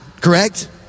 correct